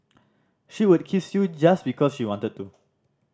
she would kiss you just because she wanted to